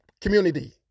community